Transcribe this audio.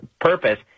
purpose